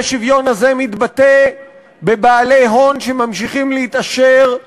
האי-שוויון הזה מתבטא בבעלי הון שממשיכים להתעשר,